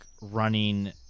running